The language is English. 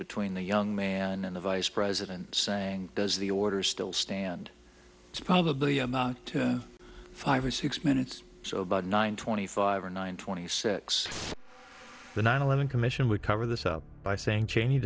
between the young man and the vice president saying does the orders still stand it's probably amount to five or six minutes so about nine twenty five or nine twenty six the nine eleven commission would cover this up by saying cheney